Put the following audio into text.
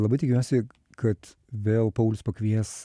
labai tikiuosi kad vėl paulius pakvies